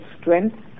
strength